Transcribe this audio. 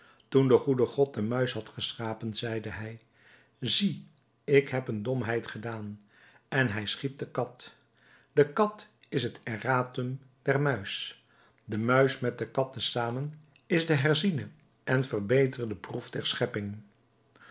toen de goede god de muis had geschapen zeide hij zie ik heb een domheid gedaan en hij schiep de kat de kat is het erratum der muis de muis met de kat te zamen is de herziene en verbeterde proef der schepping